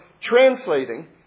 translating